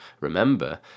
remember